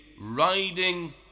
riding